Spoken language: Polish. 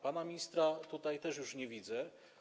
Pana ministra tutaj też już nie widzę.